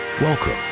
Welcome